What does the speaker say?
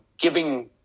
giving